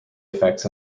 effects